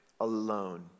alone